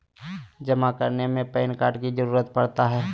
जमा करने में पैन कार्ड की जरूरत पड़ता है?